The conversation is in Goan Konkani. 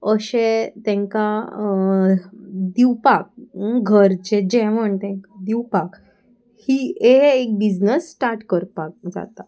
अशें तेंकां दिवपाक घरचें जेवण तेंकां दिवपाक ही हें एक बिजनस स्टार्ट करपाक जाता